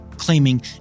claiming